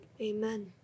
Amen